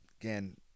again